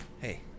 Hey